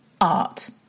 Art